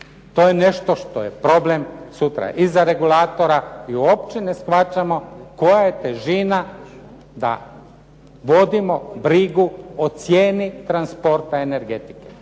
To je nešto što je problem sutra i za regulatora i uopće ne shvaćamo koja je težina da vodimo brigu o cijeni transporta energetike,